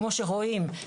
כמו שרואים,